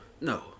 No